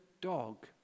dog